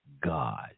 God